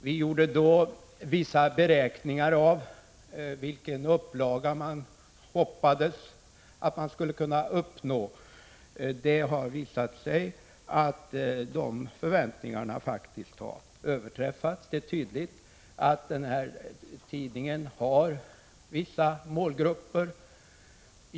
Vi gjorde då vissa beräkningar av vilken upplaga man kunde hoppas uppnå. Det har visat sig att de förväntningarna faktiskt har överträffats. Det är tydligt att den här tidningen har vissa målgrupper.